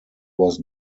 was